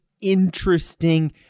interesting